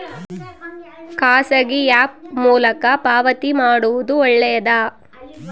ಖಾಸಗಿ ಆ್ಯಪ್ ಮೂಲಕ ಪಾವತಿ ಮಾಡೋದು ಒಳ್ಳೆದಾ?